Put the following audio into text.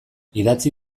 idatzi